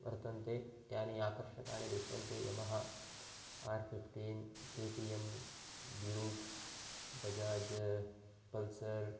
वर्तन्ते यानि आकर्षकाणि दृश्यन्ते Yamaha R fifteen K T M Duke Bajaj Pulsar